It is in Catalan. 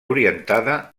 orientada